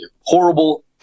horrible